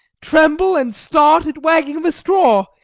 tremble and start at wagging of a straw,